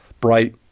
bright